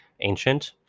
ancient